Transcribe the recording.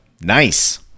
Nice